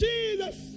Jesus